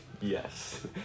Yes